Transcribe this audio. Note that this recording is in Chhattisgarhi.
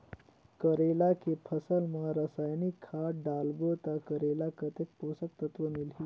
करेला के फसल मा रसायनिक खाद डालबो ता करेला कतेक पोषक तत्व मिलही?